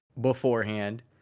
beforehand